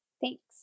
Thanks